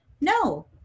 No